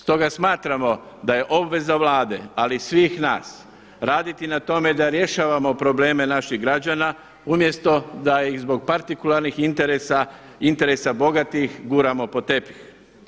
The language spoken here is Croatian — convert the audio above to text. Stoga smatramo da je obveza Vlade ali i svih nas raditi na tome da rješavamo probleme naših građana umjesto da i zbog partikularnih interesa, interesa bogatih guramo pod tepih.